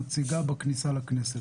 מציגה בכניסה לכנסת.